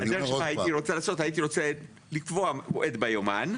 הייתי רוצה לקבוע מועד ביומן,